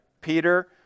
Peter